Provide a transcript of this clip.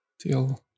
till